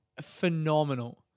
phenomenal